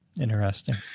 Interesting